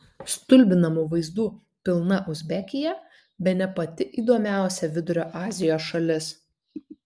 stulbinamų vaizdų pilna uzbekija bene pati įdomiausia vidurio azijos šalis